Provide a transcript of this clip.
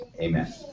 Amen